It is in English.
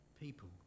people